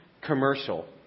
commercial